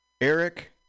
Eric